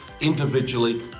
individually